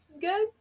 Good